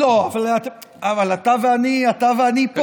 לא, אבל אתה ואני פה.